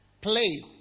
play